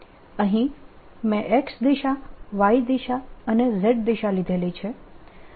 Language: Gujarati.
અહીં મેં X દિશા Y દિશા અને Z દિશા લીધેલી છે